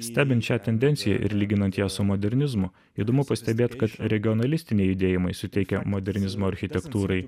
stebint šią tendenciją ir lyginant ją su modernizmu įdomu pastebėt kad regionalistiniai judėjimai suteikia modernizmo architektūrai